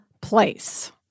place